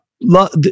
love